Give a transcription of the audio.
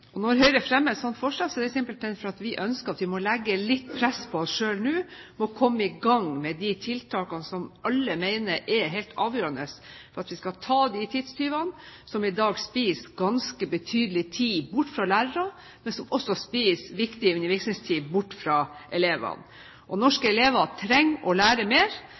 Når Høyre fremmer et sånt forslag, er det simpelthen fordi vi nå ønsker å legge litt press på oss selv for å komme i gang med de tiltakene som alle mener er helt avgjørende for at vi skal ta de tidstyvene som i dag spiser ganske betydelig med tid fra lærerne, men som også spiser viktig undervisningstid fra elevene. Norske elever trenger å lære mer.